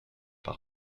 par